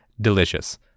delicious